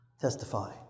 Testify